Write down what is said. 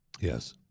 Yes